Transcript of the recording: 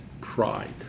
pride